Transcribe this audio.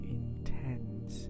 intense